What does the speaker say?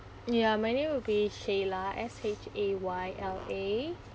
ya my name will be shayla S H A Y L A